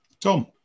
Tom